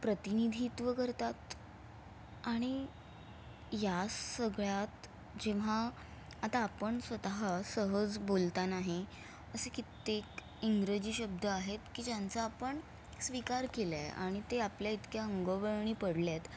प्रतिनिधित्व करतात आणि या सगळ्यात जेव्हा आता आपण स्वतः सहज बोलतानाही असे कित्येक इंग्रजी शब्द आहेत की ज्यांचा आपण स्वीकार केला आहे आणि ते आपल्या इतके अंगवळणी पडले आहेत